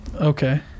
Okay